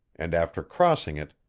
and after crossing it,